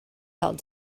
felt